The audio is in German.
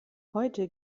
heute